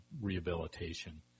rehabilitation